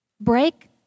break